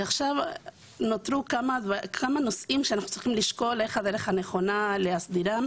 עכשיו נותרו כמה נושאים שאנחנו צריכים לשקול מהי הדרך הנכונה להסדירם.